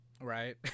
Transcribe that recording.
right